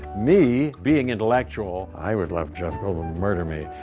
me, being intellectual, i would let jeff goldblum murder me.